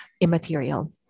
immaterial